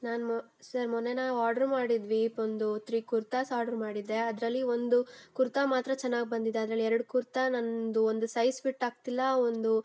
ನಾನು ಮೊ ಸರ್ ಮೊನ್ನೆ ನಾವು ಆರ್ಡ್ರ್ ಮಾಡಿದ್ವಿ ಒಂದು ತ್ರೀ ಕುರ್ತಾಸ್ ಆರ್ಡ್ರ್ ಮಾಡಿದ್ದೆ ಅದ್ರಲ್ಲಿ ಒಂದು ಕುರ್ತಾ ಮಾತ್ರ ಚೆನ್ನಾಗಿ ಬಂದಿದೆ ಅದ್ರಲ್ಲಿ ಎರಡು ಕುರ್ತಾ ನನ್ನದು ಒಂದು ಸೈಝ್ ಫಿಟ್ ಆಗ್ತಿಲ್ಲ ಒಂದು